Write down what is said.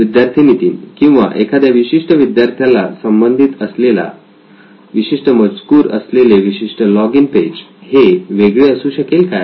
विद्यार्थी नितीन किंवा एखाद्या विशिष्ट विद्यार्थ्याला संबंधित असलेला विशिष्ट मजकूर असलेले विशिष्ट लॉगिन पेज हे वेगळे असू शकेल काय